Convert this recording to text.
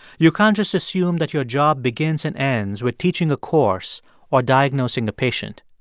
you can't just assume that your job begins and ends with teaching a course or diagnosing the patient.